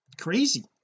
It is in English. crazy